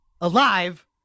Alive